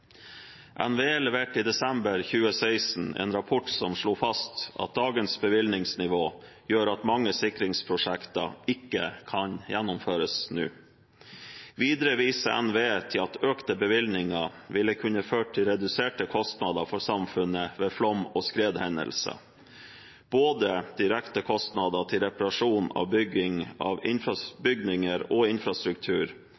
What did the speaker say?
NVE leverte i desember 2016 en rapport som slo fast at dagens bevilgningsnivå gjør at mange sikringsprosjekter ikke kan gjennomføres nå. Videre viser NVE til at økte bevilgninger ville kunne ført til reduserte kostnader for samfunnet ved flom- og skredhendelser, både direkte kostnader til reparasjon av bygninger og infrastruktur og følgekostnader av